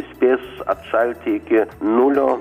spės atšalti iki nulio